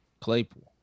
Claypool